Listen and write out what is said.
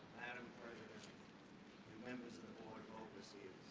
madam president and members of the board of overseers,